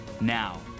Now